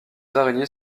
araignées